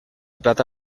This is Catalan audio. plata